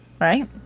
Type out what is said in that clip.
right